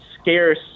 scarce